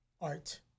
Art